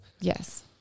Yes